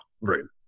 room